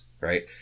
right